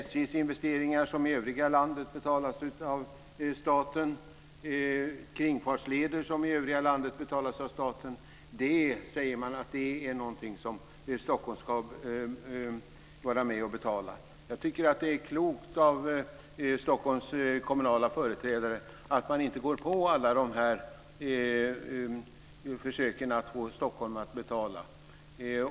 SJ:s investeringar som i övriga landet betalas av staten och kringfartsleder som i övriga landet betalas av staten säger man är något som Stockholm ska vara med och betala. Jag tycker att det är klokt av Stockholms kommunala företrädare att de inte går på alla dessa försök att få Stockholm att betala.